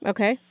Okay